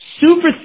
super